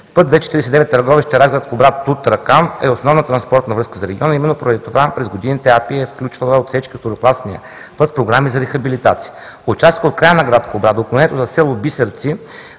Път II-49 – Търговище – Разград – Кубрат – Тутракан е основна транспортна връзка за региона и именно поради това през годините АПИ е включвала отсечката от второкласния път в програми за рехабилитация. Участъкът от края на град Кубрат до отклонението за село Бисерци